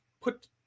put